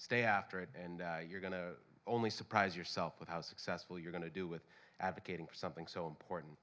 stay after it and you're going to only surprise yourself with how successful you're going to do with advocating for something so important